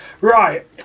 right